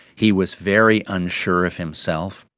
he was very unsure of himself,